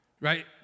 right